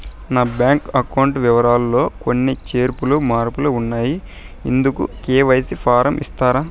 నా bank account వివరాలు లో కొన్ని చేర్పులు మార్పులు ఉన్నాయి, ఇందుకు కె.వై.సి ఫారం ఇస్తారా?